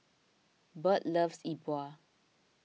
Bird loves E Bua